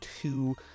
two